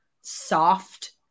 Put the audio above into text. soft